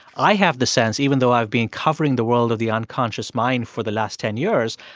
i have the sense, even though i've been covering the world of the unconscious mind for the last ten years,